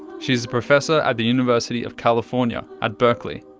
she's a professor at the university of california at berkeley,